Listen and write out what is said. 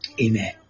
Amen